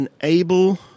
enable